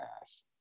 ass